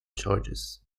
charges